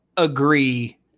Agree